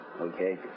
Okay